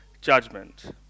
judgment